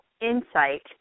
insight